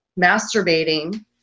masturbating